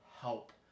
help